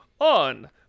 on